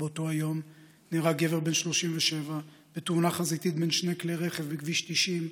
באותו יום נהרג גבר בן 37 בתאונה חזיתית בין שני כלי רכב בכביש 90,